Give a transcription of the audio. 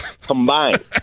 Combined